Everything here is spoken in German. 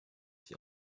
sie